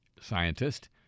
scientist